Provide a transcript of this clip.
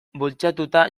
bultzatuta